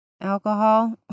alcohol